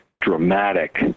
dramatic